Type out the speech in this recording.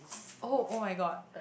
oh [oh]-my-god